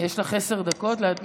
עשר דקות, בבקשה.